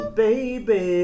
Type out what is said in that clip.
baby